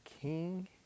king